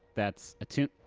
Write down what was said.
that's two